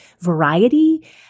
variety